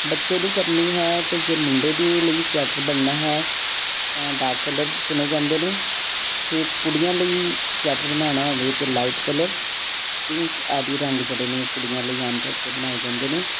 ਬੱਚੇ ਦੀ ਕਰਨੀ ਹੈ ਅਤੇ ਜੇ ਮੁੰਡੇ ਦੇ ਲਈ ਸਵੈਟਰ ਬਣਨਾ ਹੈ ਤਾਂ ਡਾਰਕ ਕਲਰ ਚੁਣੇ ਜਾਂਦੇ ਨੇ ਅਤੇ ਕੁੜੀਆਂ ਲਈ ਸਵੈਟਰ ਬਣਾਉਣਾ ਹੋਵੇ ਤੇ ਲਾਈਟ ਕਲਰ ਪਿੰਕ ਆਦਿ ਰੰਗ ਜਿਹੜੇ ਨੇ ਉਹ ਕੁੜੀਆਂ ਲਈ ਆਮ ਤੌਰ 'ਤੇ ਬਣਾਏ ਜਾਂਦੇ ਨੇ